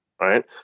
right